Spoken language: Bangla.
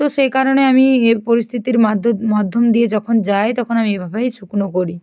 তো সেই কারণে আমি এই পরিস্থিতির মাধ্যম দিয়ে যখন যাই তখন আমি এভাবেই শুকনো করি